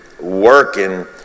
Working